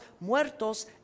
muertos